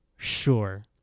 sure